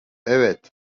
evet